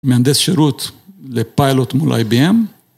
מהנדס שירות לפיילוט מול איי.בי.אם.